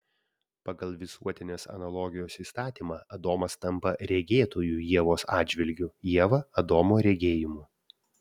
pagal visuotinės analogijos įstatymą adomas tampa regėtoju ievos atžvilgiu ieva adomo regėjimu